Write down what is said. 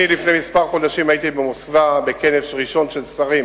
לפני כמה חודשים אני הייתי במוסקבה בכנס ראשון של שרים